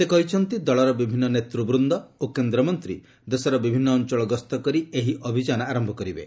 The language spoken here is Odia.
ସେ କହିଛନ୍ତି ଦଳର ବିଭିନ୍ନ ନେତୃବୃନ୍ଦ ଓ କେନ୍ଦ୍ରମନ୍ତ୍ରୀ ଦେଶର ବିଭିନ୍ନ ଅଞ୍ଚଳ ଗସ୍ତ କରି ଏହି ଅଭିଯାନ ଆରମ୍ଭ କରିବେ